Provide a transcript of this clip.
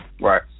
Right